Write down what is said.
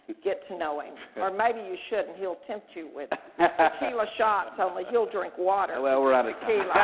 get to know him or maybe you shouldn't. he'll tempt you with tequila shots, only he'll drink water. well we're out ah